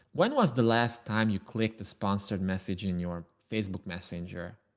when was the last time you click the sponsored message in your facebook messenger?